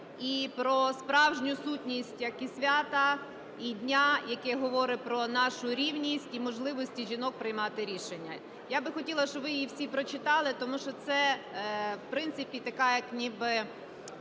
і про справжню сутність як і свята, і дня, яке говорить про нашу рівність, і можливості жінок приймати рішення. Я би хотіла, щоб ви її всі прочитали, тому що це, в принципі, така як ніби